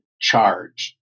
charge